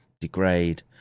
degrade